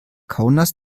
kaunas